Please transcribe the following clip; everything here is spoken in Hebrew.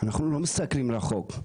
אנחנו לא מסתכלים רחוק.